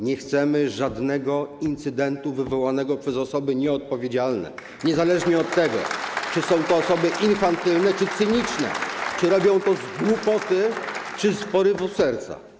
Nie chcemy żadnego incydentu wywołanego przez osoby nieodpowiedzialne, niezależnie od tego, czy są to osoby infantylne czy cyniczne, czy robią tą z głupoty, czy z porywu serca.